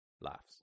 Laughs